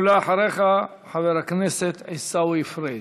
ואחריך, חבר הכנסת עיסאווי פריג'.